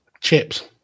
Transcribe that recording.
chips